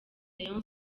rayon